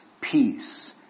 peace